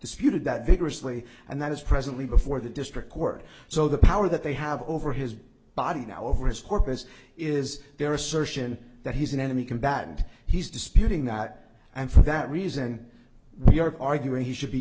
disputed that vigorously and that is presently before the district court so the power that they have over his body now over his corpus is their assertion that he's an enemy combatant he's disputing that and for that reason we are arguing he should be